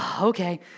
Okay